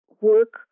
work